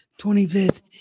25th